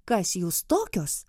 kas jūs tokios